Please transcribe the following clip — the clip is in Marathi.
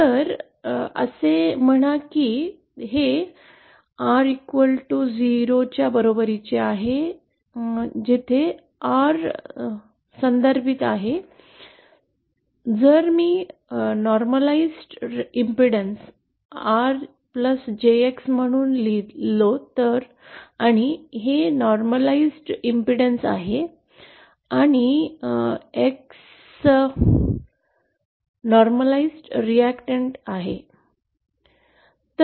तर असे म्हणा की हे R0 च्या बरोबरीचे आहे जेथे R संदर्भित आहे जर मी सामान्यीकृत प्रतिबाधा R jX म्हणून लिहितो आणि हे सामान्यीकृत प्रतिबाधा आहे आणि X सामान्यीकृत रिअॅक्टंट आहे